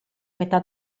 metà